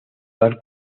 dar